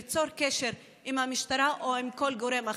ליצור קשר עם המשטרה או עם כל גורם אחר.